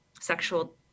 sexual